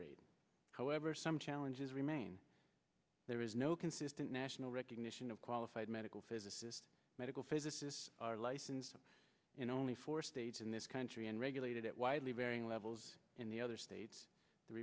rate however some challenges remain there is no consistent national recognition of qualified medical physicists medical physicists are licensed in only four states in this country and regulated it widely varying levels in the other states the